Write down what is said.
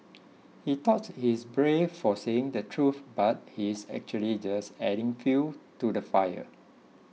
he thought his brave for saying the truth but he's actually just adding fuel to the fire